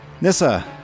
Nissa